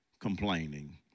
complaining